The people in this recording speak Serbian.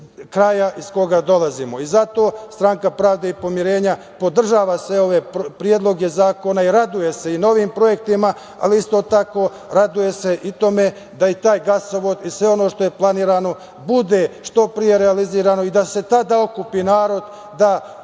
kraja iz koga dolazimo. Zato Stranka pravde i pomirenja podržava sve ove predloge zakona i raduje se novim projektima, ali isto tako se raduje i tome da i taj gasovod i sve ono što je planirano bude što pre realizovano i da se tada okupi narod i